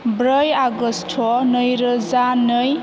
ब्रै आगस्ट' नै रोजा नै